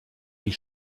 die